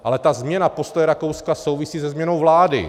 Ale ta změna postoje Rakouska souvisí se změnou vlády.